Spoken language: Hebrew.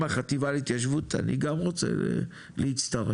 החטיבה להתיישבות אני גם רוצה להצטרף.